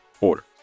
order